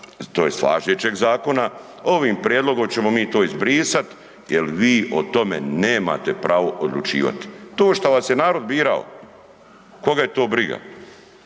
tj. važećeg zakona, ovim prijedlogom ćemo mi to izbrisati jer vi o tome nemate pravo odlučivati. To što vas je narod birao, koga je to briga.